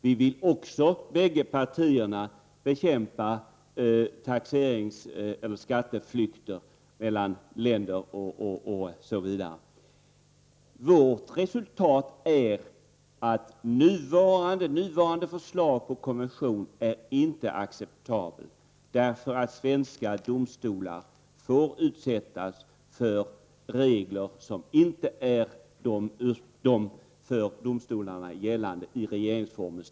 Men vi liksom vpk vill bekämpa skatteflykt till andra länder. Enligt vår mening är nuvarande förslag till konvention inte acceptabelt. Svenska domstolar påtvingas nämligen regler som inte överensstämmer med de regler som anges i regeringsformen.